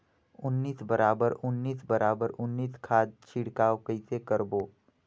उन्नीस बराबर उन्नीस बराबर उन्नीस खाद छिड़काव कइसे करबो?